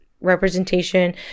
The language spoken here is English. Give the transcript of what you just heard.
representation